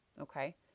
okay